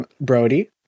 Brody